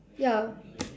ya